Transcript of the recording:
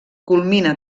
culmina